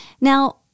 Now